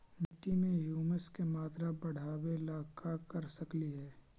मिट्टी में ह्यूमस के मात्रा बढ़ावे ला का कर सकली हे?